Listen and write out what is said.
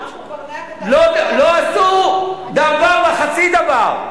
לא עשו דבר וחצי דבר.